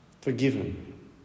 forgiven